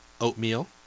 oatmeal